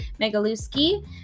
Megaluski